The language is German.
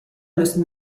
müssen